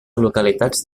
localitats